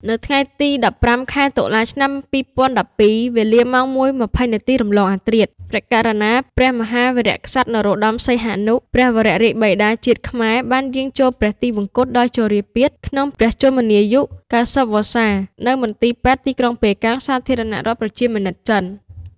ថ្ងៃទី១៥ ខែតុលា ឆ្នាំ២០១២ វេលាម៉ោង ០១:២០ នាទីរំលងអធ្រាត្រ ព្រះករុណាព្រះមហាវីរក្សត្រ នរោត្ដម សីហនុ ព្រះវររាជបិតាជាតិខ្មែរ បានយាងចូលព្រះទីវង្គតដោយព្រះជរាពាធ ក្នុងព្រះជន្មាយុ ៩០ ព្រះវស្សា នៅមន្ទីរពេទ្យទីក្រុងប៉េកាំង សាធារណរដ្ឋប្រជាមានិតចិន។